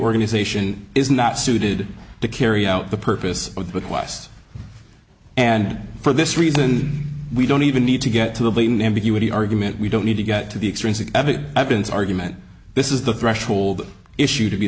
organization is not suited to carry out the purpose of the quest and for this reason we don't even need to get to the blatant ambiguity argument we don't need to get to the extrinsic evidence evidence argument this is the threshold issue to be